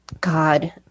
God